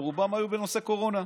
ורובם היו בנושא קורונה.